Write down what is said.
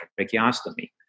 tracheostomy